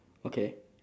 okay